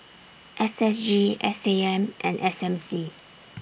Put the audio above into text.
S S G S A M and S M C